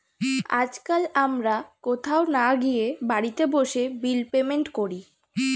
আজকাল আমরা কোথাও না গিয়ে বাড়িতে বসে বিল পেমেন্ট করি